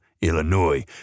Illinois